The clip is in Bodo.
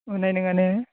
मोन्नाय नङा ने